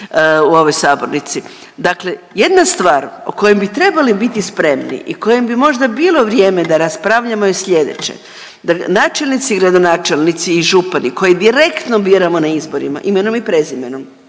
u ovoj sabornici, dakle jedna stvar o kojoj bi trebali biti spremni i kojim bi možda bilo vrijeme da raspravljamo je sljedeće, da načelnici i gradonačelnici i župani koji direktno biramo na izborima, imenom i prezimenom,